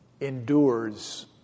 endures